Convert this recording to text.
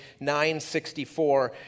964